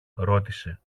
ρώτησε